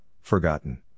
forgotten